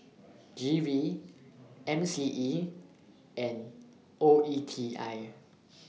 G V M C E and O E T I